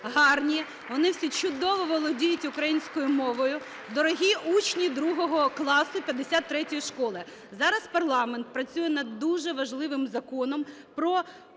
гарні. Вони всі чудово володіють українською мовою. Дорогі учні 2 класу 53-ї школи, зараз парламент працює над дуже важливим Законом про